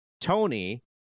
Tony